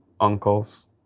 Uncles